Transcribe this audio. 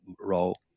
role